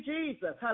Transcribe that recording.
Jesus